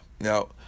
Now